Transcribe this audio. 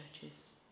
churches